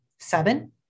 Seven